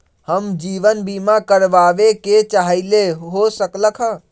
हम जीवन बीमा कारवाबे के चाहईले, हो सकलक ह?